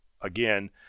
Again